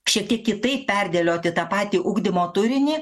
šiek tiek kitaip perdėlioti tą patį ugdymo turinį